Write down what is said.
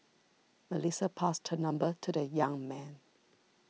Melissa passed her number to the young man